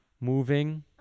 moving